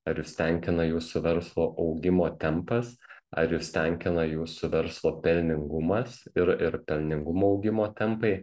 ar jus tenkina jūsų verslo augimo tempas ar jus tenkina jūsų verslo pelningumas ir ir pelningumo augimo tempai